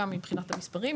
גם מבחינת המספרים,